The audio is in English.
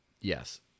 yes